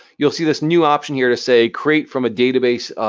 you'll see this new option here to say create from a database,